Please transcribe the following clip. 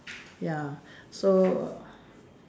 ya so